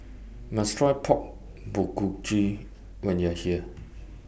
YOU must Try Pork Bulgogi when YOU Are here